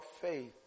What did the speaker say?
faith